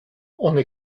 ohne